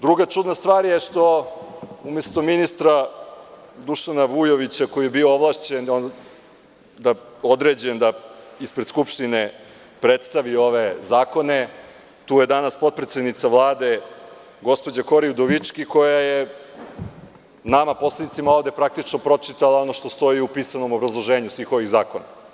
Druga čudna stvar je što umesto ministra Dušana Vujovića, koji je bio određen da ispred Skupštine predstavi ove zakone, tu je danas potpredsednica Vlade, gospođa Kori Udovički koja je nama poslanicima ovde praktično pročitala nešto što stoji u pisanom obrazloženju svih ovih zakona.